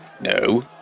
No